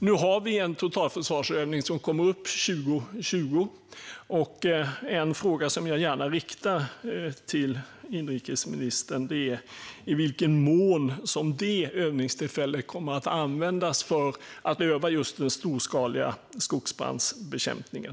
Nu har vi en totalförsvarsövning som kommer 2020, och en fråga jag gärna riktar till inrikesministern är i vilken mån det övningstillfället kommer att användas för att öva just den storskaliga skogsbrandsbekämpningen.